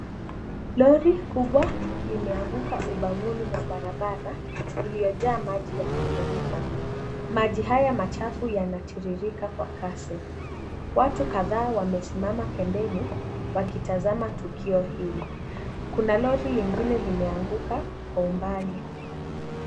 Lori kubwa limeanguka ubavuni mwa barabara, iliyojaa maji ya mafuriko. Maji haya machafu yanatiririka kwa kasi. Watu kadhaa wamesimama pembeni wakitazama tukio hili. Kuna lori lingine limeanguka kwa umbali.